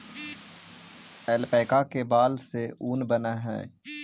alpaca के बाल से ऊन बनऽ हई